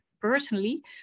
personally